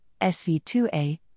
SV2A